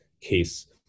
case